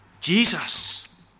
Jesus